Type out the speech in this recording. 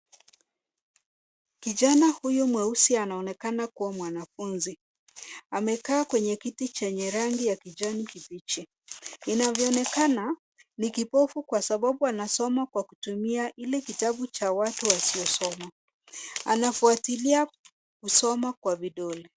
Kijana huyu mweusi anaonekana kuwa mwanafunzi. Amekaa kwenye kiti chenye rangi ya kijani kibichi. Inavyoonekana ni kibovu kwa sababu anasoma kwa kutumia ile kitabu cha wasiosoma. Anafwatilia kusoma kwa vidole.